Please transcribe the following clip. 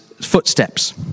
footsteps